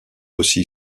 aussi